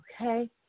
Okay